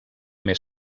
més